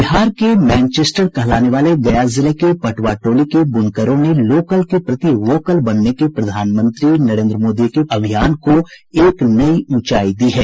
बिहार के मैनचेस्टर कहलाने वाले गया जिले के पटवा टोली के ब्रनकरों ने लोकल के प्रति वोकल बनने के प्रधानमंत्री नरेन्द्र मोदी के अभियान को एक नई ऊंचाई दी हैं